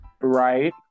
right